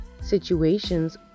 situations